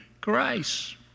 Christ